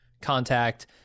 contact